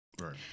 Right